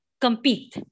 compete